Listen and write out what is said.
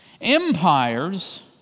Empires